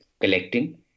collecting